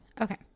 Okay